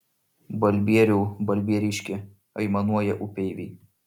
balbieriau balbieriški aimanuoja upeiviai